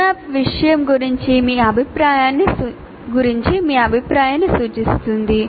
Cmap విషయం గురించి మీ అభిప్రాయాన్ని సూచిస్తుంది